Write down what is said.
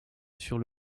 sur